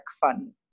fun